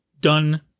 done